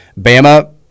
Bama